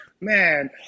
man